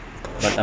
I mean auto